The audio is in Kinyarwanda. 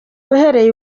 uhereye